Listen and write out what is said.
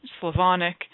Slavonic